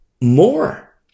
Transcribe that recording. more